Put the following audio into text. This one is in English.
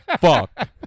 fuck